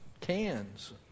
cans